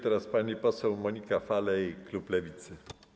Teraz pani poseł Monika Falej, klub Lewicy.